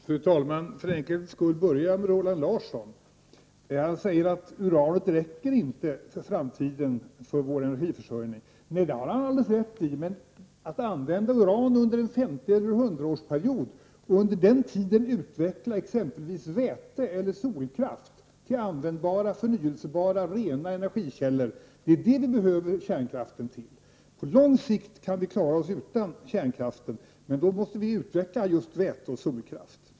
Fru talman! Jag skall för enkelhetens skull börja med att vända mig till Roland Larsson. Han säger att uranet inte räcker för vår energiförsörjning i framtiden. Det har han alldeles rätt i. Men att vi använder uran under en 50 eller 100-årsperiod och under den tiden utvecklar t.ex. väte eller solkraft till användbara, förnyelsebara och rena energikällor, det är vad vi behöver kärnkraften till. Långsiktigt kan vi klara oss utan kärnkraften, men då måste vi utveckla just väte och solkraft.